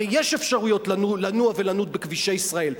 הרי יש אפשרויות לנוע ולנוד בכבישי ישראל.